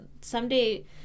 someday